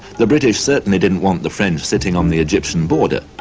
the british certainly didn't want the french sitting on the egyptian border,